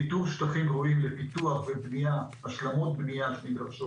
איתור שטחים ראויים לפיתוח ובנייה השלמות בנייה שדרשות